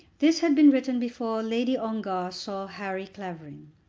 this had been written before lady ongar saw harry clavering.